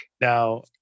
Now